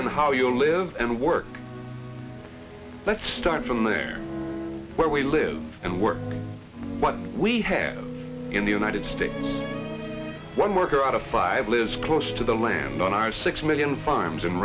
and how you live and work let's start from there where we live and work what we have in the united states one worker out of five lives close to the land on our six million firearms